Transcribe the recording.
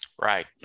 Right